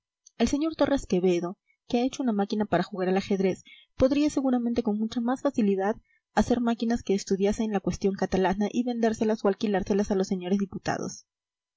el sr torres quevedo que ha hecho una máquina para jugar al ajedrez podría seguramente con mucha más facilidad hacer máquinas que estudiasen la cuestión catalana y vendérselas o alquilárselas a los señores diputados